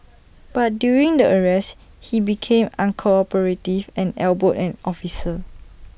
but during the arrest he became uncooperative and elbowed an officer